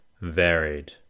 varied